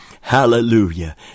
Hallelujah